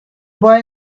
boy